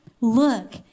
Look